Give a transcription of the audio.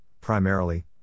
primarily